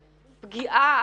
פגיעה,